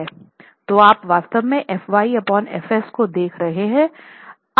तो आप वास्तव में F y F s को देख रहे हैं